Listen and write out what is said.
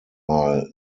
mal